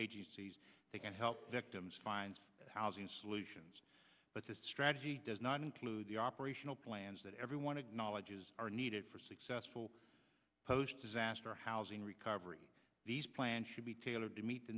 agencies they can help victims find housing solutions but this strategy does not include the operational plans that everyone acknowledges are needed for successful post disaster housing recovery these plans should be tailored to meet the